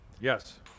Yes